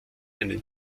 einen